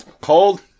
Cold